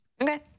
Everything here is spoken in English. Okay